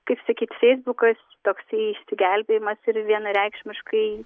kaip sakyti feisbukas toksai išsigelbėjimas ir vienareikšmiškai